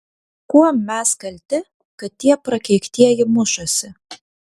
kuom mes kalti kad tie prakeiktieji mušasi